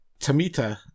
Tamita